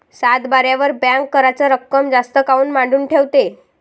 सातबाऱ्यावर बँक कराच रक्कम जास्त काऊन मांडून ठेवते?